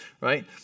right